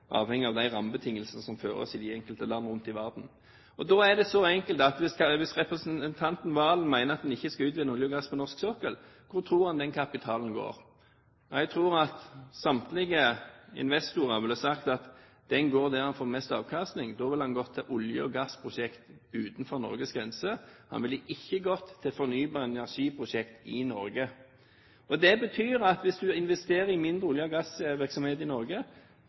avhengig av de rammebetingelsene som føres i de enkelte land rundt om i verden. Og da er det så enkelt: Hvis representanten Serigstad Valen mener at man ikke skal utvinne olje og gass på norsk sokkel, hvor tror han den kapitalen går? Jeg tror at samtlige investorer ville sagt at den går der man får best avkastning. Da ville den gått til olje- og gassprosjekter utenfor Norges grenser. Den ville ikke gått til fornybar energi-prosjekter i Norge. Hvis det investeres mindre i olje- og gassvirksomhet i Norge,